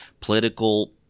political